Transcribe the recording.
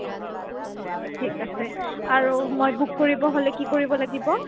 ঠিক আছে আৰু মই বুক কৰিব হ'লে কি কৰিব লাগিব